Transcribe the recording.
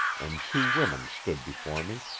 and two women stood before me,